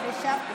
איך חישבת?